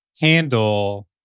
handle